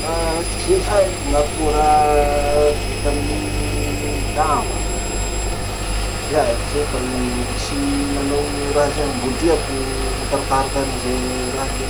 Tsy haiko gn'akora vita amy lamba. Tsy haiko se fa mbo tsy nanao raha zay aho, mbo liako nikarokaroky any zay raha zay.